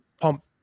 pump